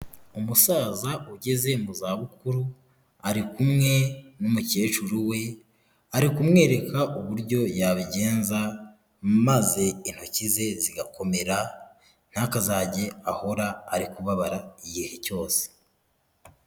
Umusaza ugeze mu zabukuru, ari kumwe n'umukecuru we, ari kumwereka uburyo yabigenza maze intoki ze zigakomera, ntakazajye ahora ari kubabara igihe cyose.